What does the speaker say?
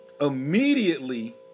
Immediately